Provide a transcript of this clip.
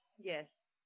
Yes